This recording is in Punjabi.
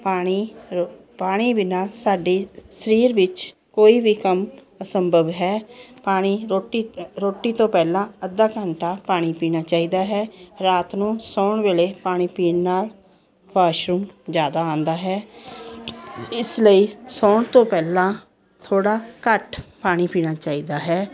ਪਾਣੀ ਰੋ ਪਾਣੀ ਬਿਨਾਂ ਸਾਡੇ ਸਰੀਰ ਵਿੱਚ ਕੋਈ ਵੀ ਕੰਮ ਅਸੰਭਵ ਹੈ ਪਾਣੀ ਰੋਟੀ ਰੋਟੀ ਤੋਂ ਪਹਿਲਾਂ ਅੱਧਾ ਘੰਟਾ ਪਾਣੀ ਪੀਣਾ ਚਾਹੀਦਾ ਹੈ ਰਾਤ ਨੂੰ ਸੋਣ ਵੇਲੇ ਪਾਣੀ ਪੀਣ ਨਾਲ ਵਾਸ਼ਰੂਮ ਜ਼ਿਆਦਾ ਆਉਂਦਾ ਹੈ ਇਸ ਲਈ ਸੋਣ ਤੋਂ ਪਹਿਲਾਂ ਥੋੜ੍ਹਾ ਘੱਟ ਪਾਣੀ ਪੀਣਾ ਚਾਹੀਦਾ ਹੈ